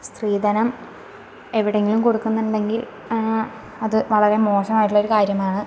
സ്ത്രീധനം എവിടെങ്കിലും കൊടുക്കുന്നുണ്ടെങ്കിൽ അത് വളരെ മോശമായിട്ടുള്ളൊരു കാര്യമാണ്